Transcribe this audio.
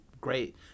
great